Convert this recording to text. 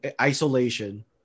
isolation